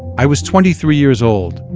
i was twenty-three years old,